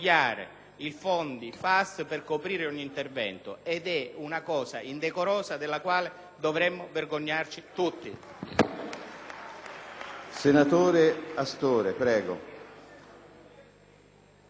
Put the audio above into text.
i fondi FAS per coprire ogni genere di intervento: e` una cosa indecorosa, della quale dovremmo vergognarci tutti.